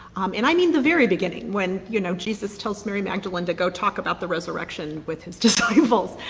and i mean, the very beginning when, you know jesus tells mary magdalene to go talk about the resurrection with his disciples